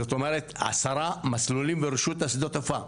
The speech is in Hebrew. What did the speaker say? זאת אומרת עשרה מסלולים ברשות שדות עפר.